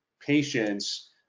patients